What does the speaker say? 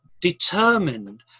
determined